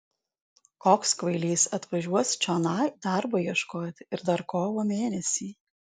koks kvailys atvažiuos čionai darbo ieškoti ir dar kovo mėnesį